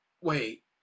wait